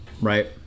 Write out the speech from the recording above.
right